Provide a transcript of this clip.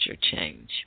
change